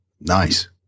Nice